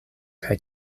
kaj